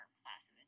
classes